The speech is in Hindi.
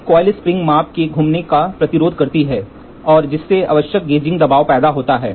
एक कॉइल स्प्रिंग माप के घूमने का प्रतिरोध करती है और जिससे आवश्यक गेजिंग दबाव पैदा होता है